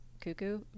cuckoo